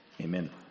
amen